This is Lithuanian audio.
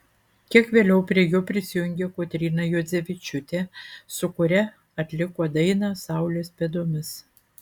kiek vėliau prie jo prisijungė kotryna juodzevičiūtė su kuria atliko dainą saulės pėdomis